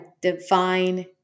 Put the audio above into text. divine